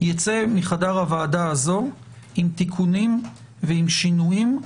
ייצא מחדר הוועדה הזו עם תיקונים ועם שינויים,